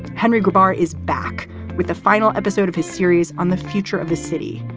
henry gabbar is back with the final episode of his series on the future of the city.